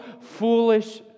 foolish